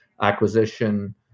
acquisition